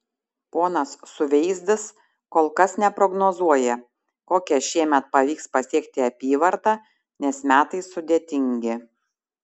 ponas suveizdis kol kas neprognozuoja kokią šiemet pavyks pasiekti apyvartą nes metai sudėtingi